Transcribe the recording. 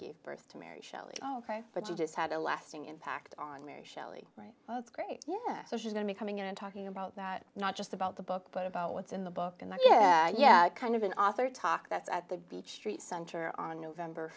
gave birth to mary shelley ok but she just had a lasting impact on mary shelley right that's great yeah so she's going to be coming in and talking about that not just about the book but about what's in the book and the yeah yeah kind of an author talk that's at the beach street center on november